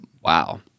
Wow